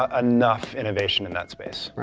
ah enough innovation in that space.